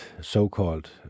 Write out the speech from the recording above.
so-called